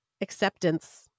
acceptance